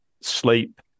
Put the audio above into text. sleep